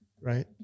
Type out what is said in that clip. right